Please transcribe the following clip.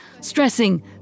stressing